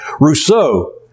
Rousseau